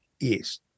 Yes